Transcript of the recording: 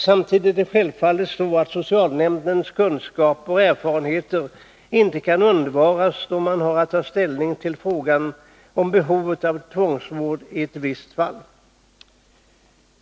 Samtidigt är det självfallet så att socialnämndens kunskaper och erfarenheter inte kan undvaras då man har att ta ställning till frågan om behovet av tvångsvård i ett visst fall.